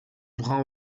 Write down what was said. brun